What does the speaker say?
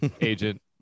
agent